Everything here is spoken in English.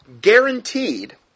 guaranteed